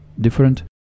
different